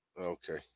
Okay